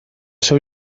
seu